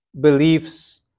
beliefs